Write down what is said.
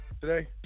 Today